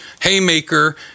Haymaker